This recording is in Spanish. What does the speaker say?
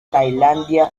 tailandia